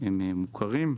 הם מוכרים.